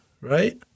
Right